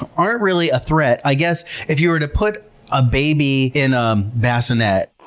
aren't really a threat. i guess if you were to put a baby in a bassinet